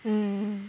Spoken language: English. um